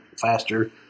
faster